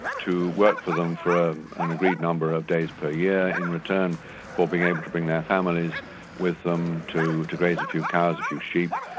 to work for them for an agreed number of days per year, yeah in return for being able to bring their families with them, to to raise a few cows, a few sheep,